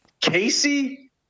Casey